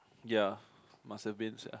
ya must have been []